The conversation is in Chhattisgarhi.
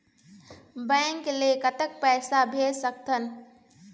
बैंक ले कतक पैसा भेज सकथन?